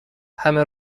همه